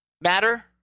matter